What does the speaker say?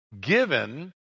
given